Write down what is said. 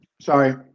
sorry